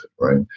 Right